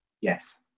Yes